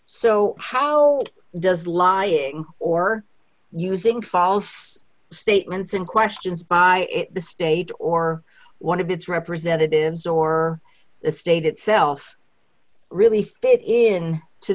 so how does lying or using false statements and questions by the state or one of its representatives or the state itself really fit in to